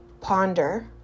ponder